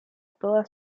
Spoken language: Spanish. toda